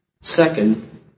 Second